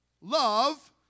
love